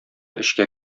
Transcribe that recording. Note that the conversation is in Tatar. эчкә